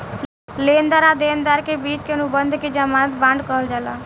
लेनदार आ देनदार के बिच के अनुबंध के ज़मानत बांड कहल जाला